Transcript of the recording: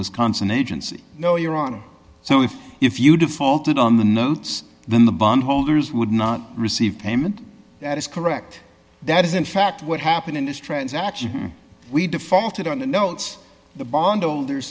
wisconsin agency no your honor so if if you defaulted on the notes then the bond holders would not receive payment that is correct that is in fact what happened in this transaction we defaulted on the notes the bond holder